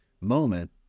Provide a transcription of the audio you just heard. moment